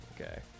Okay